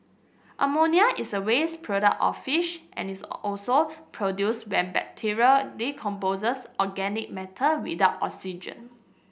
ammonia is a waste product of fish and is also produced when bacteria decomposes organic matter without oxygen